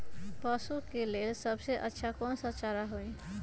पशु के लेल सबसे अच्छा कौन सा चारा होई?